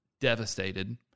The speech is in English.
devastated